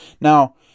Now